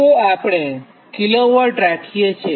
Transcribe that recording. તે આપણે kW રાખીએ છીએ